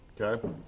Okay